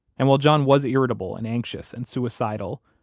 and while john was irritable and anxious and suicidal,